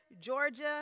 Georgia